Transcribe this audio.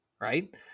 right